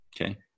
Okay